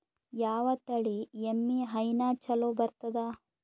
ಯಾವ ತಳಿ ಎಮ್ಮಿ ಹೈನ ಚಲೋ ಬರ್ತದ?